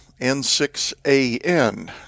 N6AN